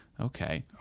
Okay